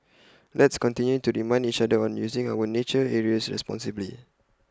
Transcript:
let's continue to remind each other on using our nature areas responsibly